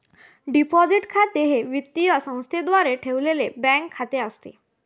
deposit खाते हे वित्तीय संस्थेद्वारे ठेवलेले बँक खाते असते